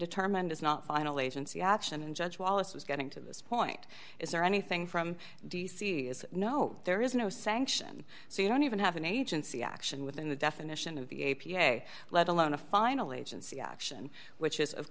determined it's not final agency action and judge wallace was getting to this point is there anything from d c is no there is no sanction so you don't even have an agency action within the definition of the a p a let alone a final agency action which is of